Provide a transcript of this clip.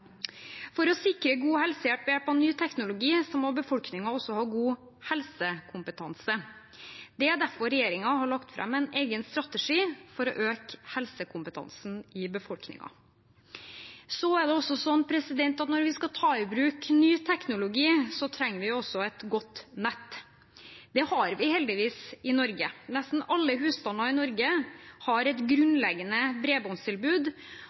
For å sikre god helsehjelp ved hjelp av ny teknologi må befolkningen også ha god helsekompetanse. Det er derfor regjeringen har lagt fram en egen strategi for å øke helsekompetansen i befolkningen. Det er også sånn at når vi skal ta i bruk ny teknologi, trenger vi et godt nett. Det har vi heldigvis i Norge. Nesten alle husstander i Norge har et grunnleggende bredbåndstilbud.